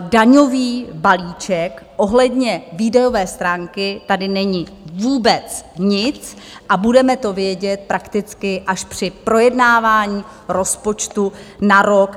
daňový balíček ohledně výdajové stránky, tady není vůbec nic a budeme to vědět prakticky až při projednávání rozpočtu na rok 2024.